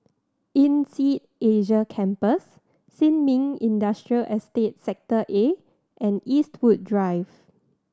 INSEAD Asia Campus Sin Ming Industrial Estate Sector A and Eastwood Drive